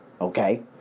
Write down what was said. okay